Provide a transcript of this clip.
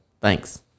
Thanks